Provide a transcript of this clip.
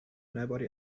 nobody